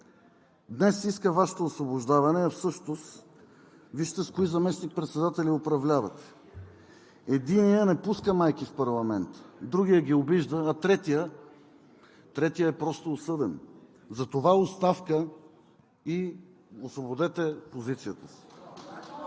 Днес искам Вашето освобождаване, а всъщност вижте с кои заместник-председатели управлявате. Единият, не пуска майки в парламента, другият ги обижда, а третият е просто осъден. Затова „Оставка!“ и освободете позицията.